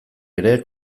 ere